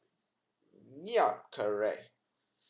yeah correct